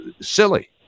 silly